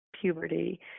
puberty